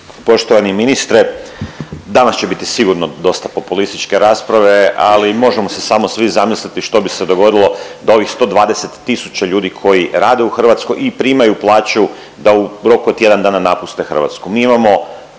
Poštovani ministre, danas će biti sigurno dosta populističke rasprave, ali možemo se svi samo zamisliti što bi se dogodilo da ovih 120 tisuća ljudi koji rade u Hrvatskoj i primaju plaću da u roku od tjedan dana napuste Hrvatsku.